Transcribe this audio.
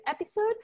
episode